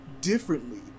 differently